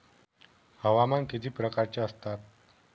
हवामान किती प्रकारचे असतात?